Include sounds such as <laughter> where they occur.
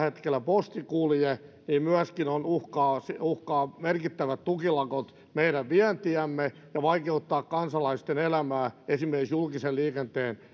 hetkellä posti kulje niin myöskin uhkaavat merkittävät tukilakot meidän vientiämme ja vaikeuttavat kansalaisten elämää esimerkiksi julkisen liikenteen <unintelligible>